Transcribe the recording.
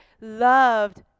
loved